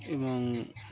এবং